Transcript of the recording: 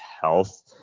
health